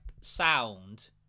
sound